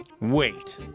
Wait